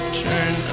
turn